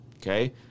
okay